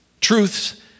truths